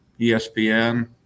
ESPN